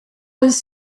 was